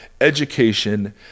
education